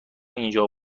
اینجا